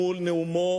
מול נאומו